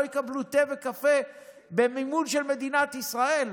לא יקבלו תה וקפה במימון של מדינת ישראל?